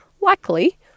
likely